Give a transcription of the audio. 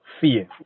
fear